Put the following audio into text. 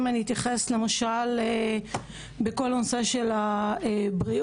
אם אני אתייחס למשל לכל הנושא של בריאות,